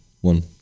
one